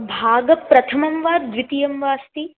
भागप्रथमं वा द्वितीयं वा अस्ति